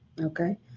Okay